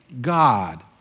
God